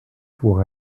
pour